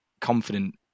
confident